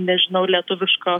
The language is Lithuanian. nežinau lietuviško